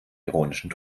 ironischen